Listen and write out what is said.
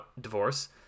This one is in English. divorce